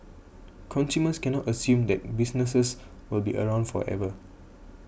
consumers cannot assume that businesses will be around forever